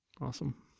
awesome